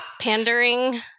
Pandering